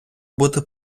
бути